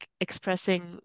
expressing